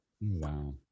Wow